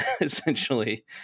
essentially